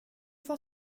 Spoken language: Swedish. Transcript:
vad